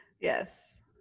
Yes